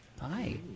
Hi